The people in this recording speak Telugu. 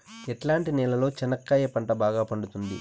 ఎట్లాంటి నేలలో చెనక్కాయ పంట బాగా పండుతుంది?